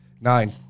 Nine